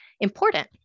important